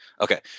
okay